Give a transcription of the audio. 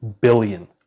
billion